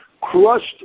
crushed